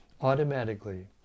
automatically